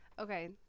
Okay